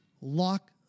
lock